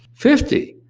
fifty,